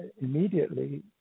immediately